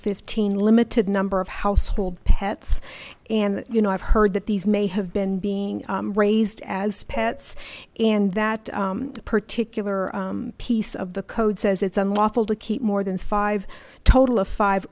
fifteen limited number of household pets and you know i've heard that these may have been being raised as pets and that particular piece of the code says it's unlawful to keep more than five total of five